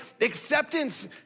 acceptance